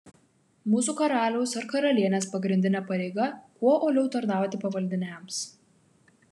mūsų karaliaus ar karalienės pagrindinė pareiga kuo uoliau tarnauti pavaldiniams